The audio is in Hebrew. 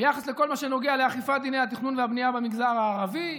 ביחס לכל מה שנוגע לאכיפת דיני התכנון והבנייה במגזר הערבי.